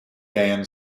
dan